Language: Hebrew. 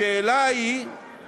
השאלה היא כמה?